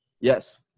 Yes